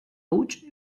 huts